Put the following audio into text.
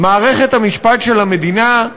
מערכת המשפט של המדינה,